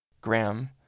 Graham